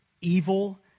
evil